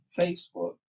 Facebook